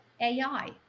AI